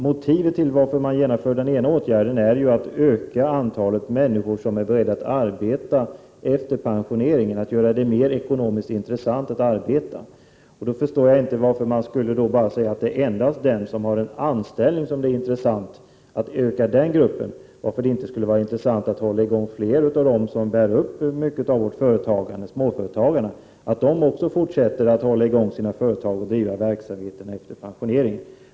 Motivet för att genomföra den ena åtgärden är att öka antalet människor som är beredda att arbeta efter pensioneringen, att göra det mer ekonomiskt intressant att arbeta. Då förstår jag inte varför man skulle säga att det endast ärintressant att öka antalet människor iden grupp som har anställning och att 89 det inte är intressant att hålla i gång fler av dem som bär upp mycket av företagandet, nämligen småföretagarna, så att de också fortsätter att hålla i gång sina företag och att driva verksamheten efter pensioneringen.